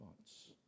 thoughts